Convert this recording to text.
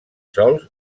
sols